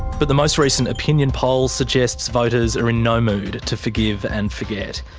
but the most recent opinion poll suggests voters are in no mood to forgive and forget.